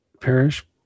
parish